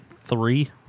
three